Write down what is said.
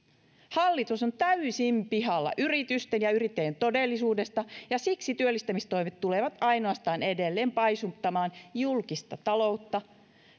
hallitus on täysin pihalla yritysten ja yrittäjien todellisuudesta ja siksi työllistämistoimet tulevat ainoastaan edelleen paisuttamaan julkista taloutta